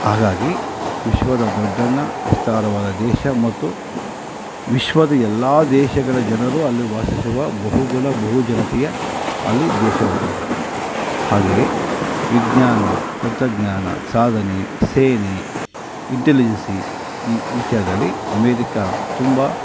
ಹಾಗಾಗಿ ವಿಶ್ವದ ದೊಡ್ಡಣ್ಣ ವಿಸ್ತಾರವಾದ ದೇಶ ಮತ್ತು ವಿಶ್ವದ ಎಲ್ಲ ದೇಶಗಳ ಜನರು ಅಲ್ಲಿ ವಾಸಿಸುವ ಬಹುಗುಣ ಬಹುಜನತೆಯ ಅಲ್ಲಿ ದೇಶವಾಗಿದೆ ಹಾಗೆಯೇ ವಿಜ್ಞಾನ ತಂತ್ರಜ್ಞಾನ ಸಾಧನೆ ಸೇನೆ ಇಂಟೆಲಿಜೆನ್ಸಿ ಈ ವಿಚಾರದಲ್ಲಿ ಅಮೇರಿಕಾ ತುಂಬ